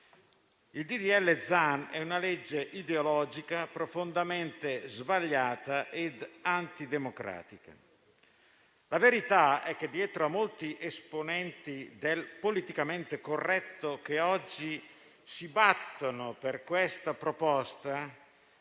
Il disegno di legge Zan è ideologico, profondamente sbagliato e antidemocratico. La verità è che, dietro a molti esponenti del politicamente corretto che oggi si battono per questa proposta,